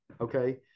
Okay